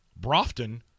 Brofton